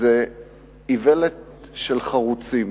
זה איוולת של חרוצים.